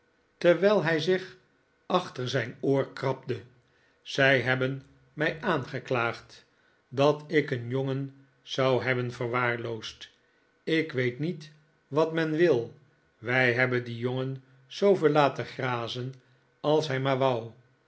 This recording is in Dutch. terwijl hij zich achter zijn oor i ci ewsmbssw squeers treedt in bijzonderheden krabde zij hebben mij aangeklaagd dat ik een jongen zou hebben verwaarloosd ik weet niet wat men wil wij hebben dien jongen zooveel laten grazen als hij maar wou